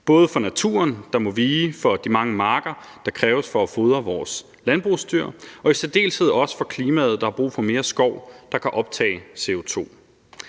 både for naturen, der må vige for de mange marker, der kræves for at fodre vores landbrugsdyr, og i særdeleshed også for klimaet, der har brug for mere skov, der kan optage CO2.